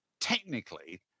Technically